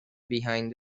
behind